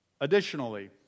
Additionally